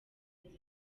atanu